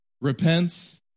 repents